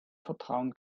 vertrauen